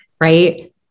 right